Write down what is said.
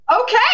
Okay